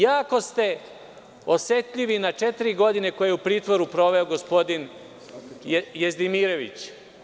Jako ste osetljivi na četiri godine koje je u pritvoru proveo gospodin Jezdimirović.